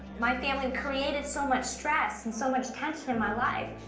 my family created so much stress and so much tension in my life,